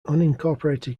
unincorporated